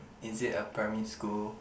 is it a primary school